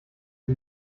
die